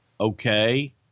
Okay